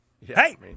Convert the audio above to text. Hey